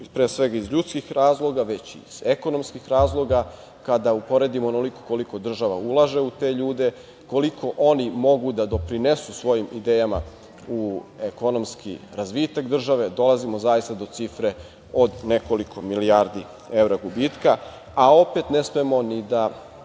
pre svega, iz ljudskih razloga, već iz ekonomskih razloga, kada uporedimo onoliko koliko država ulaže u te ljude, koliko oni mogu da doprinesu svojim idejama u ekonomski razvitak države, dolazimo zaista do cifre od nekoliko milijardi evra gubitka, a opet ne smemo ni da